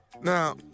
now